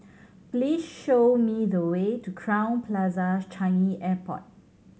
please show me the way to Crowne Plaza Changi Airport